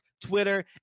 twitter